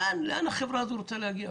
לאן החברה הזו רוצה להגיע?